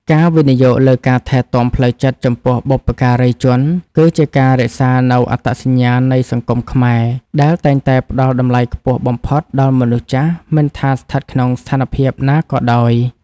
ការវិនិយោគលើការថែទាំផ្លូវចិត្តចំពោះបុព្វការីជន គឺជាការរក្សានូវអត្តសញ្ញាណនៃសង្គមខ្មែរ ដែលតែងតែផ្ដល់តម្លៃខ្ពស់បំផុតដល់មនុស្សចាស់ មិនថាស្ថិតក្នុងស្ថានភាពណាក៏ដោយ។